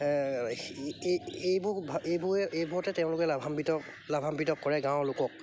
এই এইবোৰ এইবোৰে এইবোৰতে তেওঁলোকে লাভাম্বিত লাভাম্বিত কৰে গাঁৱৰ লোকক